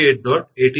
015 158